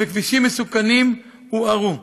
וכבישים מסוכנים הוארו.